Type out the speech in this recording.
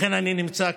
לכן אני נמצא כאן.